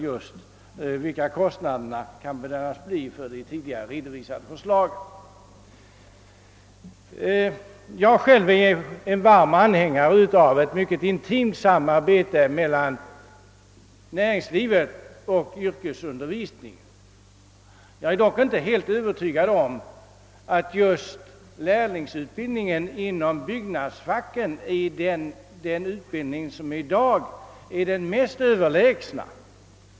Jag är själv varm anhängare av ett mycket intensivt samarbete mellan näringslivet och yrkesundervisningen. Jag är dock inte helt övertygad om att just lärlingsutbildningen inom byggnadsfacken i dag är den mest överlägsna utbildningen.